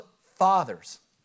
fathers